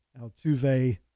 Altuve